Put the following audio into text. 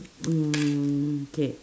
mm k